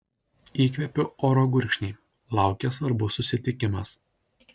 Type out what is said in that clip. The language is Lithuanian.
įkvėpiu oro gurkšnį laukia svarbus susitikimas